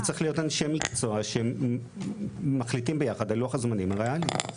זה צריך להיות אנשי מקצוע שמחליטים ביחד על לוח הזמנים הריאלי.